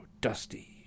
Dusty